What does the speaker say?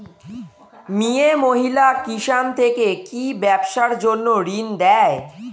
মিয়ে মহিলা কিষান থেকে কি ব্যবসার জন্য ঋন দেয়?